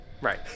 Right